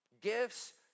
gifts